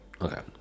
okay